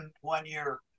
one-year